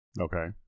Okay